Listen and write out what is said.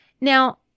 Now